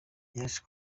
yaje